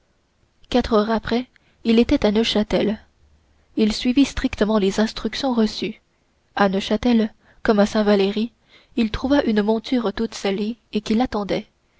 quatre heures après il était à neufchâtel il suivit strictement les instructions reçues à neufchâtel comme à saint valery il trouva une monture toute sellée et qui l'attendait